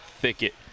thicket